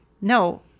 no